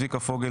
צביקה פוגל,